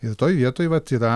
ir toj vietoj vat yra